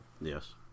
Yes